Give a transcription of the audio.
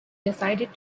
decided